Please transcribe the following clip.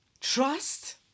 trust